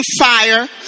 fire